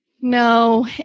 No